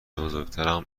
بزرگترم